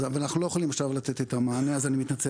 אבל אנחנו לא יכולים לתת עכשיו את המענה אז אני מתנצל.